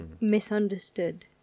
misunderstood